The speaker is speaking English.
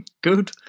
good